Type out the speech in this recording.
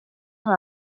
són